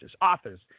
authors